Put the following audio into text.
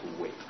wait